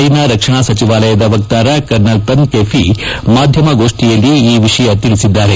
China ರಕ್ಷಣಾ ಸಚಿವಾಲಯದ ವಕ್ತಾರ ಕರ್ನಲ್ ತನ್ ಕೆಫಿ ಮಾಧ್ಲಮಗೋಷ್ಟಿಯಲ್ಲಿ ಈ ವಿಷಯ ತಿಳಿಸಿದ್ದಾರೆ